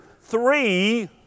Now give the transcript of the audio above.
three